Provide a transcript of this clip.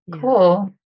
cool